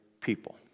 people